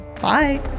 Bye